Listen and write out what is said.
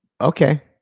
Okay